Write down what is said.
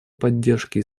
поддержке